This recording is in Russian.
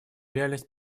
реальность